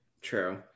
True